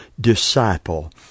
disciple